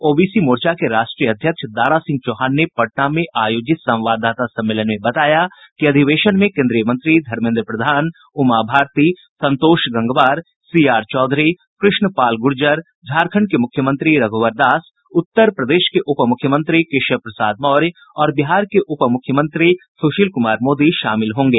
OBC मोर्चा के राष्ट्रीय अध्यक्ष दारा सिंह चौहान ने पटना में आयोजित संवाददाता सम्मेलन में बताया कि अधिवेशन में केन्द्रीय मंत्री धर्मेन्द्र प्रधान उमा भारती संतोष गंगवार सीआर चौधरी कृष्ण पाल गुर्जर झारखंड के मुख्यमंत्री रघुवर दास उत्तर प्रदेश के उप मुख्मयंत्री केशव प्रसाद मौर्य और बिहार के उप मुख्यमंत्री सुशील कुमार मोदी शामिल होंगे